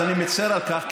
אז אני מצר על כך,